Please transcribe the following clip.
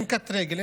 אין קטרגל,